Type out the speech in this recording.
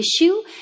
issue